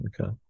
Okay